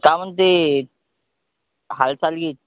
का म्हणते हालचाली